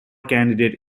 candidate